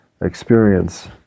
experience